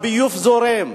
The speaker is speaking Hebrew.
הביוב זורם,